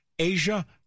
Asia